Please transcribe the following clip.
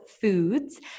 Foods